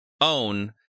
own